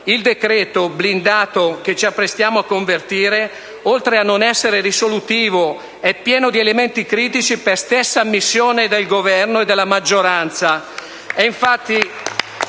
Il decreto-legge blindato che ci apprestiamo a convertire, oltre a non essere risolutivo, è pieno di elementi critici, per stessa ammissione del Governo e della maggioranza.